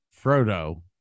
Frodo